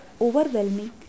overwhelming